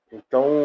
Então